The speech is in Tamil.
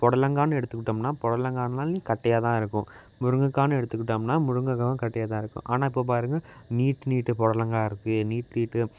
புடலங்கான்னு எடுத்துக்கிட்டோம்னா புடலங்கான்னா கட்டையாக தான் இருக்கும் முருங்கைக்கானு எடுத்துகிட்டோம்னா முருங்கைக்காவும் கட்டையாக தான் இருக்கும் ஆனால் இப்போது பாருங்கள் நீட்ட நீட்ட புடலங்கா இருக்குது நீட்ட நீட்ட